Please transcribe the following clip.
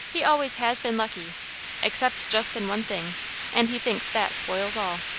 he always has been lucky except just in one thing and he thinks that spoils all.